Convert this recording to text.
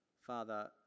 Father